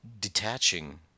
detaching